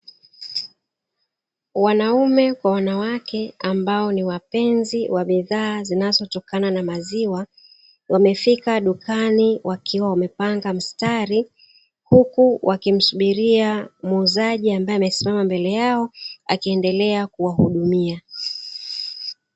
Wanaume kwa wanawake ambao ni wapenzi wa bidhaa zinazotokana na maziwa, wamefika dukani wakiwa wamepanga mstari, huku wakimsubiria muuzaji ambaye amesimama mbele yao akiendelea kuwahudumia.